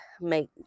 make